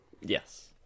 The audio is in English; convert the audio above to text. Yes